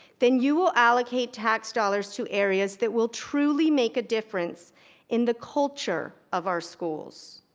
then you will allocate tax dollars to areas that will truly make a difference in the culture of our schools.